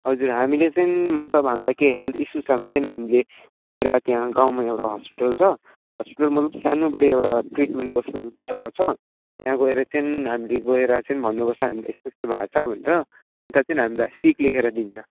हजुर हामीले चाहिँ मतलब हामीलाई केही हेल्थ इस्यु छ भने चाहिँ हामीले गएर त्यहाँ गाउँमा एउटा हस्पिटल छ हस्पिटल मतलब सानो बडे एउटा ट्रिटमेन्ट गर्छु जगा छ त्यहाँ गएर चाहिँ हामीले चाहिँ भन्नु पर्छ यस्तो यस्तो भएको छ भनेर अन्त चाहिँ हामीलाई सिक लेखेर दिन्छ